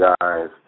guys